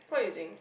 what are you using